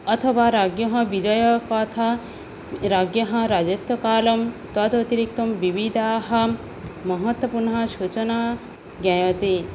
अथवा राज्ञः विजयागाथा राज्ञः राजत्वकालः तत् अतिरिक्तं विविधाः महत्त्वपूर्णाः सूचनाः ज्ञायन्ते